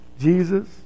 Jesus